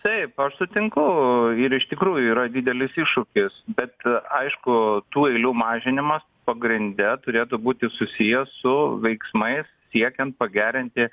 taip aš sutinku ir iš tikrųjų yra didelis iššūkis bet aišku tų eilių mažinimas pagrinde turėtų būti susijęs su veiksmais siekiant pagerinti